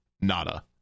nada